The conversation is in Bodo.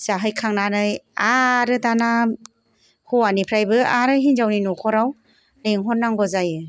जाहै खांनानै आरो दाना हौवानिफ्रायबो आरो हिनजावनि न'खराव लेंहर नांगौ जायो